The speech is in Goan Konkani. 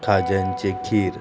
खाज्यांचें खीर